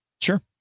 Sure